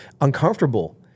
uncomfortable